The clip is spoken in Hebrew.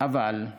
אבל,